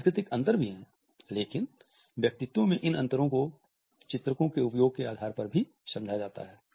सांस्कृतिक अंतर भी हैं लेकिन व्यक्तित्वों में इन अंतरों को चित्रको के उपयोग के आधार पर भी समझा जाता है